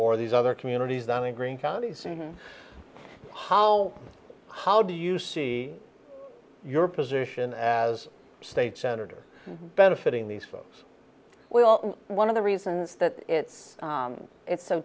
or these other communities on a green counties and how how do you see your position as a state senator benefiting these folks well one of the reasons that it it's so